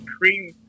cream